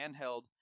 handheld